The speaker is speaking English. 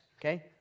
okay